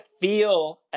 feel